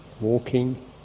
walking